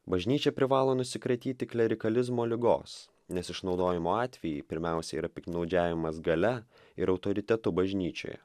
bažnyčia privalo nusikratyti klerikalizmo ligos nes išnaudojimo atvejai pirmiausia yra piktnaudžiavimas galia ir autoritetu bažnyčioje